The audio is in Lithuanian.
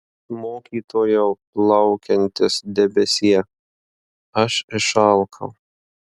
mokytojau plaukiantis debesie aš išalkau